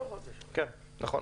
עכשיו,